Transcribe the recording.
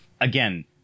again